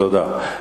תודה.